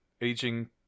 aging